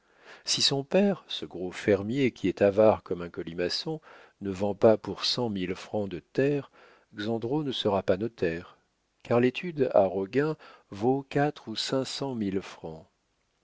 si son père ce gros fermier qui est avare comme un colimaçon ne vend pas pour cent mille francs de terres xandrot ne sera pas notaire car l'étude à roguin vaut quatre ou cinq cent mille francs